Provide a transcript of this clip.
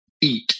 eat